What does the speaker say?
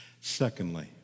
Secondly